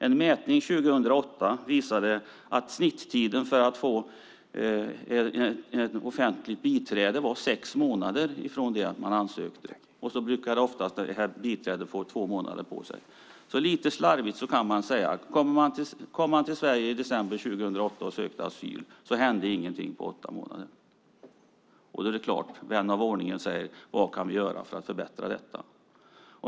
En mätning 2008 visade att snittiden för att få offentligt biträde var sex månader från det att man ansökt. Oftast brukar biträdet få två månader på sig. Lite slarvigt kan man säga att för den som i december 2008 kom till Sverige och sökte asyl hände ingenting på åtta månader. Självklart säger då vän av ordning: Vad kan vi göra för att förbättra här?